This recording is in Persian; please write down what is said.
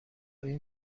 این